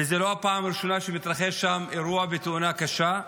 וזו לא הפעם הראשונה שמתרחש שם אירוע ותאונה קשה.